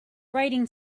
writing